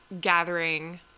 gathering